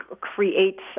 creates